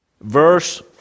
verse